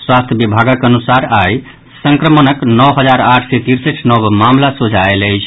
स्वास्थ्य विभागक अनुसार आई संक्रमणक नओ हजार आठ सय तिरसठ नव मामिला सोझा आयल अछि